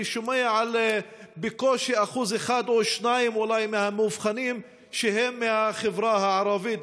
אני שומע שבקושי 1% או 2% מהמאובחנים הם מהחברה הערבית.